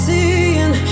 Seeing